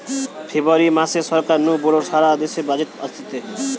ফেব্রুয়ারী মাসে সরকার নু বড় সারা দেশের বাজেট অসতিছে